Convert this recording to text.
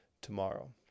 tomorrow